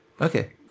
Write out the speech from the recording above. Okay